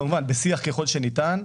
כמובן בשיח ככל שניתן,